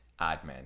admin